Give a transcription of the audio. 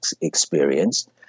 experience